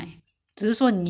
the mince meat only